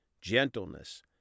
gentleness